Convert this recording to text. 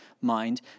mind